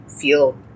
feel